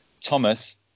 Thomas